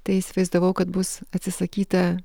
tai įsivaizdavau kad bus atsisakyta